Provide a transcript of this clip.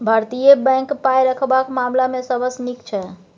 भारतीय बैंक पाय रखबाक मामला मे सबसँ नीक जगह छै